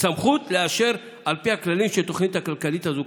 סמכות לאשר על פי הכללים שהתוכנית הכלכלית הזאת קבעה.